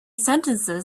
sentences